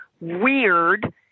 weird